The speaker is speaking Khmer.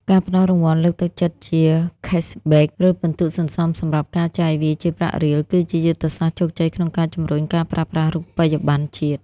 ការផ្ដល់រង្វាន់លើកទឹកចិត្តជា "Cashback" ឬពិន្ទុសន្សំសម្រាប់ការចាយវាយជាប្រាក់រៀល គឺជាយុទ្ធសាស្ត្រជោគជ័យក្នុងការជម្រុញការប្រើប្រាស់រូបិយបណ្ណជាតិ។